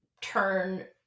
turn